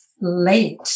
late